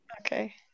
Okay